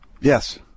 Yes